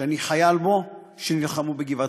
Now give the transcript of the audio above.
שאני חייל בו, שנלחמו בגבעת-התחמושת,